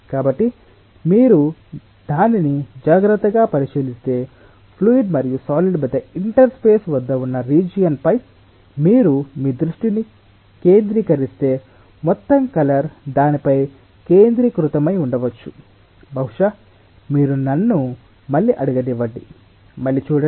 కాబట్టి మీరు దానిని జాగ్రత్తగా పరిశీలిస్తే ఫ్లూయిడ్ మరియు సాలిడ్ మధ్య ఇంటర్ఫేస్ వద్ద ఉన్న రీజియన్పై మీరు మీ దృష్టిని కేంద్రీకరిస్తే మొత్తం కలర్ దానిపై కేంద్రీకృతమై ఉండవచ్చు బహుశా మీరు నన్ను మళ్ళీ ఆడగనివ్వండి మళ్ళీ చూడండి